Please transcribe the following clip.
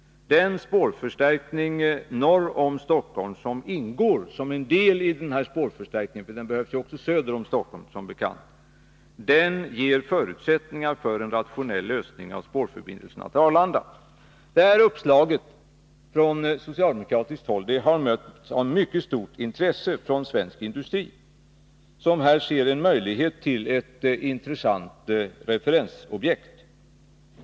Den spårförstärkning norr om Stockholm som ingår som en del i den nu aktuella förbindelsen — förstärkning behövs som bekant också söder om Stockholm — ger förutsättningar för en rationell lösning av spårförbindelserna till Arlanda. Det här uppslaget från socialdemokratiskt håll har mötts av ett mycket stort intresse från svensk industri, som här ser en möjlighet att få ett intressant referensobjekt.